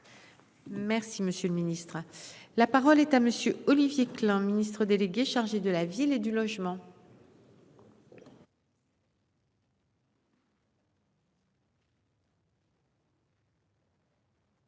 Merci, monsieur le Ministre, la parole est à monsieur Olivier Klein, Ministre délégué chargé de la ville et du logement.